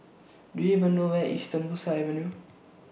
Do YOU know Where IS Tembusu Avenue